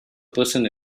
person